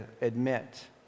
admit